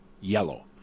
yellow